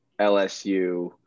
LSU